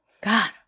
God